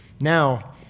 Now